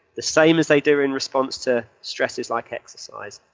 the same as they do in response to stressors like exercise.